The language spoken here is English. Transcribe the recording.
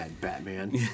Batman